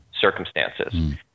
circumstances